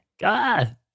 God